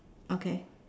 okay